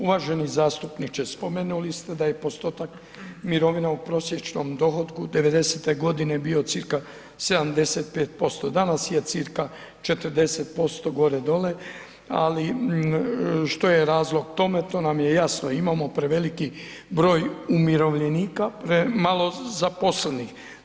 Uvaženi zastupniče, spomenuli ste da je postotak mirovina u prosječnom dohotku 90-te godine bio cca 75%, danas je cca 40% gore-dole ali što je razlog tome, to nam je jasno, imamo prevelik broj umirovljenika, malo zaposlenih.